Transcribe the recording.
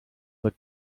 for